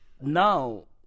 now